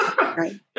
Right